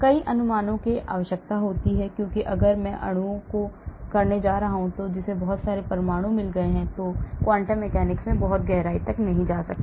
कई अनुमानों की आवश्यकता होती है क्योंकि अगर मैं अणु करने जा रहा हूं जिसे बहुत सारे परमाणु मिल गए हैं तो मैं quantum mechanics में बहुत गहराई तक नहीं जा सकता